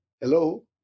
Hello